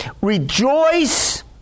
Rejoice